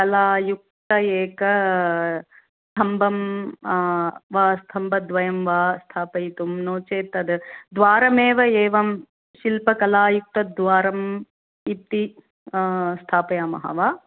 कलायुक्त एक स्तम्भं वा स्तम्भद्वयं वा स्थापयितुं नो चेत् तद् द्वारमेव एवं शिल्पकलायुक्तद्वारं इति स्थापयामः वा